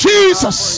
Jesus